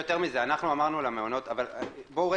בואו,